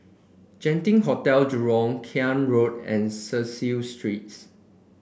Genting Hotel Jurong Klang Road and Cecil Streets